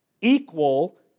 equal